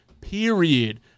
Period